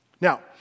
Now